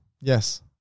Yes